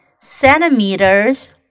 centimeters